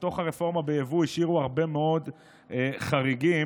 בתוך הרפורמה ביבוא השאירו הרבה מאוד חריגים